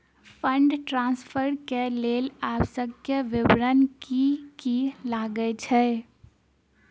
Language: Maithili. फंड ट्रान्सफर केँ लेल आवश्यक विवरण की की लागै छै?